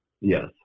Yes